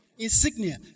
Insignia